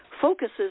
focuses